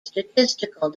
statistical